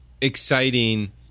exciting